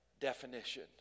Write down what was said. definition